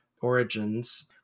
origins